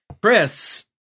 Chris